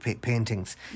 paintings